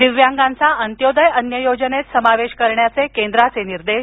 दिव्यांगांचा अंत्योदय अन्न योजनेत समावेश करण्याचे केंद्राचे निर्देश